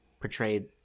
portrayed